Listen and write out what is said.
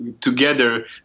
together